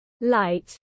light